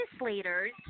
legislators